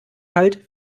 halt